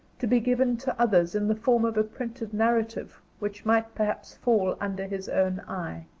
to be given to others in the form of a printed narrative which might perhaps fall under his own eye.